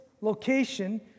location